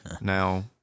now